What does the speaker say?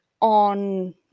on